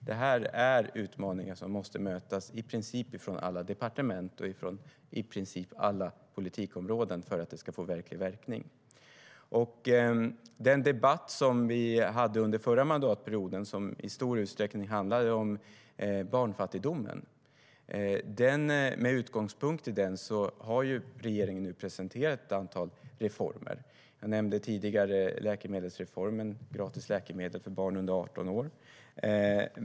Detta är utmaningar som måste mötas i princip från alla departement och på i princip alla politikområden för att detta ska få verklig effekt. Med utgångspunkt i den debatt som vi hade under förra mandatperioden och som i stor utsträckning handlade om barnfattigdom har regeringen nu presenterat ett antal reformer. Jag nämnde tidigare läkemedelsreformen, alltså gratis läkemedel för barn under 18 år.